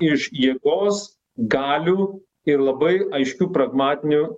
iš jėgos galių ir labai aiškių pragmatinių